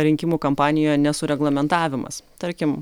rinkimų kampanijoje nesureglamentavimas tarkim